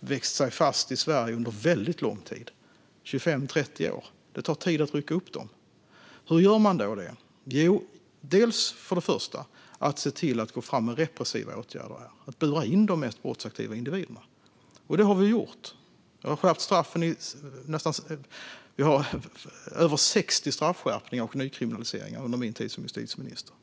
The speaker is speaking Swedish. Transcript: växt sig fast i Sverige under väldigt lång tid - 25-30 år. Det tar tid att rycka upp dem. Hur gör man då det? Jo, man går fram med repressiva åtgärder och burar in de mest brottsaktiva individerna. Det har vi gjort. Vi har gjort över 60 straffskärpningar och nykriminaliseringar under min tid som justitieminister.